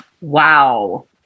Wow